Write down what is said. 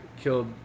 killed